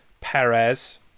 Perez